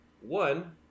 One